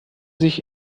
sich